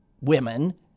women